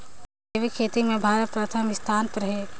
जैविक खेती म भारत प्रथम स्थान पर हे